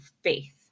faith